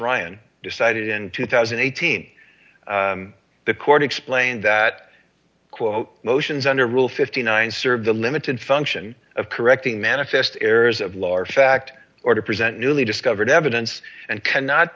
ryan decided in two thousand and eighteen the court explained that quote motions under rule fifty nine dollars serve the limited function of correcting manifest errors of law or fact or to present newly discovered evidence and cannot